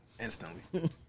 instantly